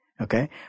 okay